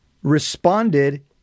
responded